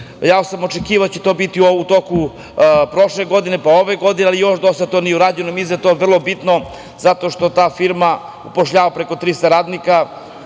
sam da će to biti u toku prošle godine, pa ove godine, ali još do sada to nije urađeno. Mislim da je to vrlo bitno zato što ta firma zapošljava preko 300 radnika.